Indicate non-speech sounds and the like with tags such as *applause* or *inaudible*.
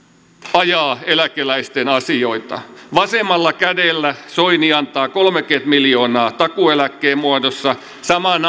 ajaa eläkeläisten asioita vasemmalla kädellä soini antaa kolmekymmentä miljoonaa takuueläkkeen muodossa samaan *unintelligible*